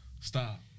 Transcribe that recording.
Stop